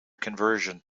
conversion